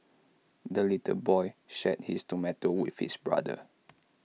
the little boy shared his tomato with his brother